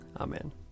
Amen